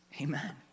Amen